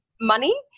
money